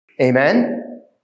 amen